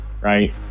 right